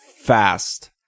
fast